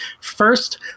First